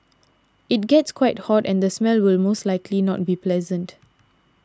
it gets quite hot and the smell will most likely not be pleasant